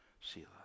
Selah